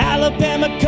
Alabama